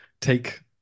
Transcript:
take